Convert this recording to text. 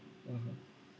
mmhmm